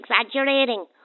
exaggerating